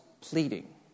pleading